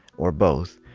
or both,